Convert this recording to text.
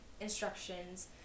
instructions